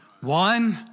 One